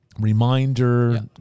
reminder